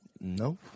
No